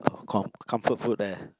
oh com~ comfort food leh